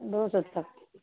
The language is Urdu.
دو سو ت